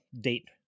date